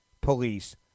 police